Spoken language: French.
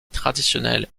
traditionnelles